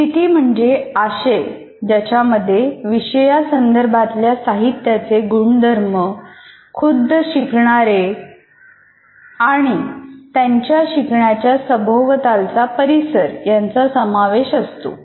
स्थिती म्हणजे आशय ज्याच्यामध्ये विषयासंदर्भातल्या साहित्याचे गुणधर्म खुद्द शिकणारे आणि त्यांच्या शिकण्याच्या सभोवतालचा परिसर यांचा समावेश होतो